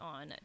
on